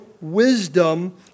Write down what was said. wisdom